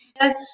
yes